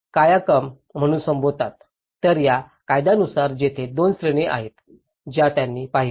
तर आणि या कायद्यानुसार तेथे 2 श्रेणी आहेत ज्या त्यांनी पाहिल्या